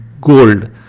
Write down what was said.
gold